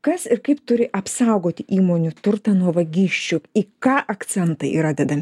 kas ir kaip turi apsaugoti įmonių turtą nuo vagysčių į ką akcentai yra dedami